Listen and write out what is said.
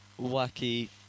wacky